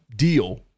deal